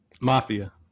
Mafia